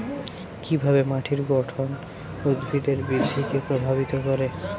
কিভাবে মাটির গঠন উদ্ভিদের বৃদ্ধিকে প্রভাবিত করে?